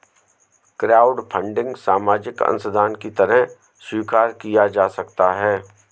crowdfunding सामाजिक अंशदान की तरह स्वीकार किया जा सकता है